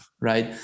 right